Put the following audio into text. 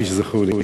כפי שזכור לי?